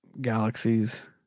galaxies